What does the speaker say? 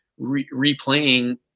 replaying